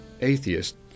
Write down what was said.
atheist